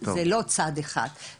זה לא צעד אחד,